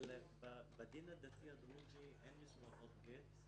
בדין הדתי הדרוזי אין מסורבות גט.